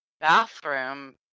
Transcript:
bathroom